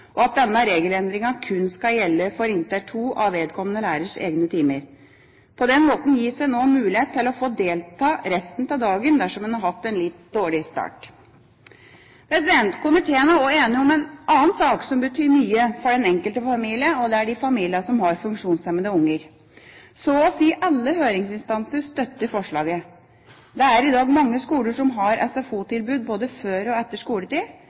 og at denne regelendringen kun skal gjelde for inntil to av vedkommende lærers egne timer. På den måten gis en nå mulighet til å få delta resten av dagen dersom en har hatt en litt dårlig start. Komiteen er også enig om en annen sak som betyr mye for den enkelte familie som har funksjonshemmede barn. Så å si alle høringsinstanser støtter forslaget. Det er i dag mange skoler som har SFO-tilbud både før og etter skoletid,